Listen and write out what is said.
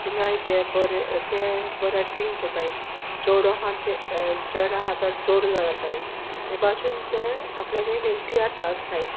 तिंगाय ते बोरे ते बोर एक्टिंग कोताय चोडूं आहा तें चेड आहा तो चोडूं जाताय हे भाशीन ते आपल्यागे हेळ तियात्र नाचताय